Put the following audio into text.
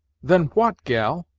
then, what, gal?